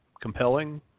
compelling